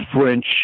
French